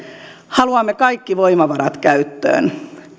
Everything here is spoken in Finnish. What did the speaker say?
haluamme kaikki voimavarat käyttöön